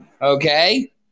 Okay